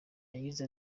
yagize